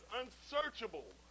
unsearchable